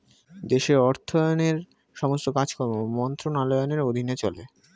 দেশের অর্থায়নের সমস্ত কাজকর্ম মন্ত্রণালয়ের অধীনে চলে